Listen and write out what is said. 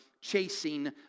chasing